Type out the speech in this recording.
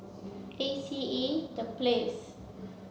A C E The Place